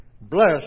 Bless